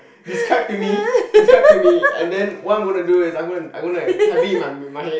describe to me describe to me and then what I'm gonna do is I'm gonna I'm gonna to have it in my my head